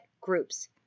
Groups